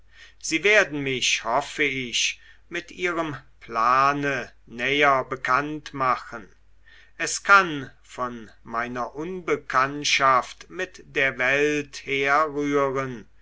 sie werden mich hoffe ich mit ihrem plane näher bekannt machen es kann von meiner unbekanntschaft mit der welt herrühren